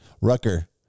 Rucker